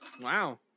wow